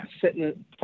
sitting